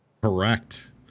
Correct